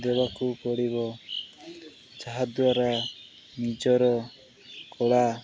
ଦେବାକୁ ପଡ଼ିବ ଯାହାଦ୍ୱାରା ନିଜର କଳା